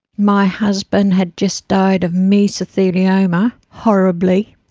my husband had just died of mesothelioma, horribly,